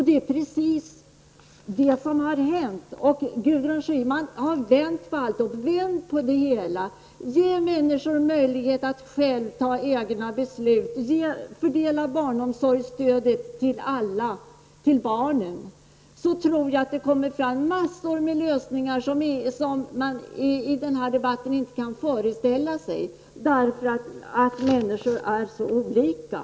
Det är precis det som har hänt. Gudrun Schyman har vänt på alltihop. Vänd på nytt och ge människorna möjlighet att själva fatta beslut, fördela barnomsorgsstödet till barnen! Då tror jag att det blir mängder med lösningar som vi i denna debatt inte kan föreställa oss, därför att människor är så olika.